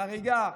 חריגה,